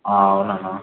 అవును అన్న